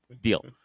deal